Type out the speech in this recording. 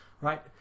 Right